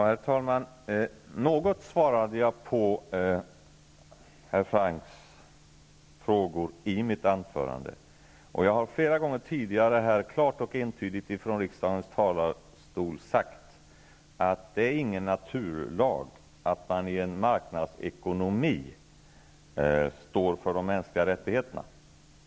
Herr talman! Något svarade jag på herr Francks frågor i mitt anförande. Jag har flera gånger tidigare klart och entydigt från riksdagens talarstol sagt att det inte är någon naturlag att man i en marknadsekonomi står för de mänskliga rättigheterna.